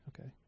okay